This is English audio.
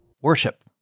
worship